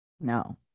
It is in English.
No